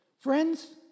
Friends